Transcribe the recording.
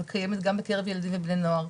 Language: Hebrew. וקיימת גם בקרב ילדים ובני נוער.